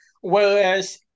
whereas